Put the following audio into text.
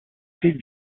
see